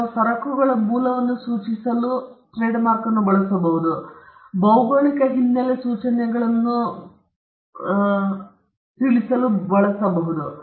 ಕೆಲವು ಸರಕುಗಳ ಮೂಲವನ್ನು ಸೂಚಿಸಲು ಭೌಗೋಳಿಕ ಸೂಚನೆಗಳನ್ನು ಬಳಸಬಹುದು